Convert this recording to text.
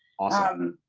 awesome.